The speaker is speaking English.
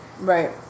Right